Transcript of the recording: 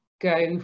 go